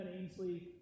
Ainsley